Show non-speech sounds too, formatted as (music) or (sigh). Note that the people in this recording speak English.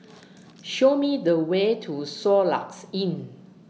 (noise) (noise) Show Me The Way to Soluxe Inn